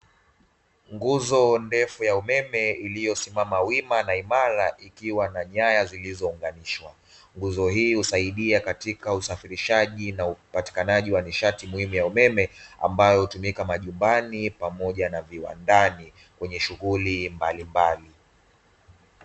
Nguzo ndefu ya umeme iliyosimama wima na imara, ikiwa na nyaya zilizounganishwa nguzo hii husaidia katika usafirishaji na upatikanaji wa nishati muhimu ya umeme ambayo hutumika majumbani pamoja na viwandani kwenye shughuli mbali mbali.